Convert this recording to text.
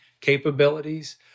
capabilities